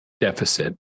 deficit